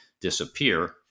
disappear